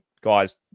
guys